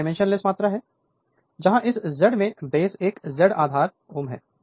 यह डाइमेंशनलेस मात्रा है जहाँ इस Z में base यह Z आधार Ω है